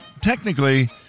technically